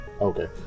Okay